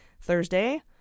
Thursday